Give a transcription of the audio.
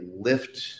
lift